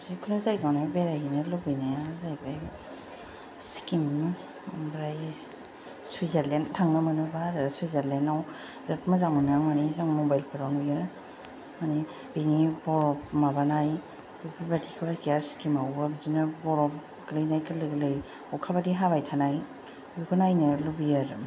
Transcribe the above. जेखुनु जायगायावनो बेरायहैनो लुबैनाया जाहैबाय सिक्किम आमफ्राय सुइजारलेण्ड थांनो मोनोबा आरो सुइजारलेण्ड आव बिरात मोजां आरो जों मबाइलफ्राव नुयो आर बिनि आह माबानाय स्किमिआवबो बिदिनो बरफ गोलैनाय गोलै गोलै अखाबायदि हाबाय थानाय बेखौ नायनो लुबैयो आरो